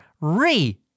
re